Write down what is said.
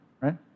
right